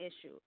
issue